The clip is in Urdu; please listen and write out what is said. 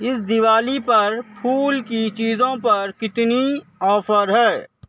اس دیوالی پر پھول کی چیزوں پر کتنی آفر ہے